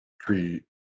tree